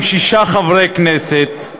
עם שישה חברי כנסת,